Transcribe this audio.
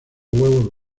huevos